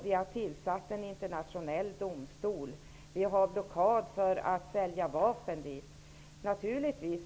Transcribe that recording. Vi har tillsatt en internationell domstol. Vi har blockad för att sälja vapen till dessa länder.